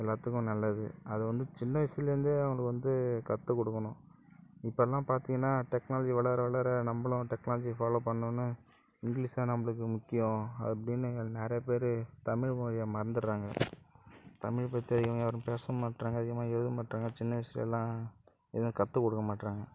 எல்லாத்துக்கும் நல்லது அது வந்து சின்ன வயசில் இருந்தே அவங்களுக்கு வந்து கற்றுக் கொடுக்கணும் இப்போல்லாம் பார்த்திங்கன்னா டெக்னாலஜி வளர வளர நம்பளும் டெக்னாலஜியை ஃபாலோ பண்ணனும்னு இங்கிலீஷ் தான் நம்பளுக்கு முக்கியம் அப்படினு நிறையா பேர் தமிழ் மொழியை மறந்துர்றாங்க தமிழ் பற்றி அதிகமாக யாரும் பேசவும் மாட்டுறாங்க அதிகமாக எழுதவும் மாட்டுறாங்க சின்ன வயசுலலாம் எதுவும் கற்றும் கொடுக்க மாட்டுறாங்க